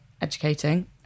educating